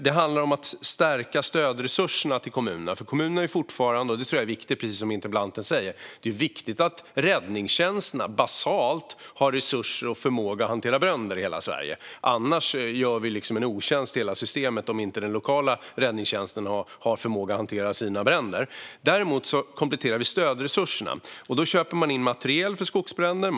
Det handlar om att stärka stödresurserna till kommunerna. Precis som interpellanten sa tror jag att det är viktigt att räddningstjänsterna basalt har resurser och förmåga att hantera bränder i hela Sverige - annars, om inte den lokala räddningstjänsten har förmåga att hantera sina bränder, gör vi hela systemet en otjänst. Vi kompletterar alltså stödresurserna. Man köper in materiel för skogsbränder.